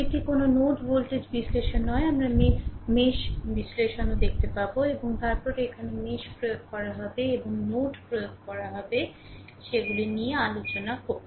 এটি কোনও node voltage বিশ্লেষণ নয় আমরা মেশ বিশ্লেষণও দেখতে পাব এবং তারপরে এখানে মেশ প্রয়োগ করা হবে এবং নোড প্রয়োগ করবে সেগুলি নিয়ে আলোচনা করবে